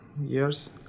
years